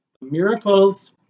miracles